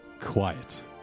quiet